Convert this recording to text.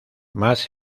más